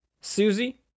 Susie